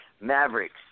Mavericks